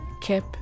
Kip